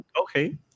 Okay